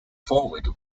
foreword